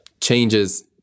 changes